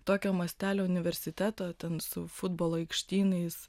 tokio mastelio universiteto ten su futbolo aikštynais